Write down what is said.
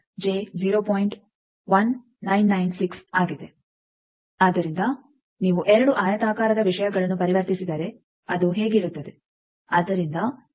ಆದ್ದರಿಂದ ನೀವು ಎರಡು ಆಯತಾಕಾರದ ವಿಷಯಗಳನ್ನು ಪರಿವರ್ತಿಸಿದರೆ ಅದು ಹೇಗಿರುತ್ತದೆ